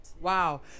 Wow